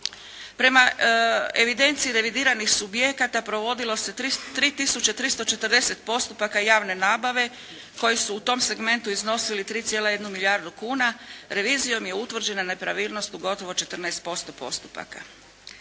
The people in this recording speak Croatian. Prema evidenciji revidiranih subjekata provodilo se 3 tisuće 340 postupaka javne nabave koji su u tom segmentu iznosili 3,1 milijardu kuna. Revizijom je utvrđena nepravilnost u gotovo 14% postupaka.